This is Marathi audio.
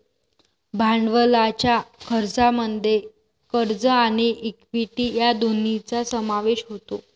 भांडवलाच्या खर्चामध्ये कर्ज आणि इक्विटी या दोन्हींचा समावेश होतो